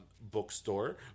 bookstore